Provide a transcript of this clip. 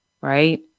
right